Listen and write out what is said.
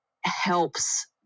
helps